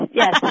yes